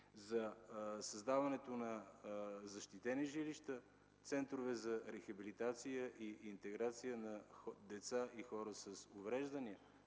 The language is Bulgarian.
за създаването на защитени жилища, центрове за рехабилитация и интеграция на деца и хора с увреждания.